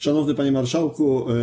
Szanowny Panie Marszałku!